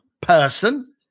person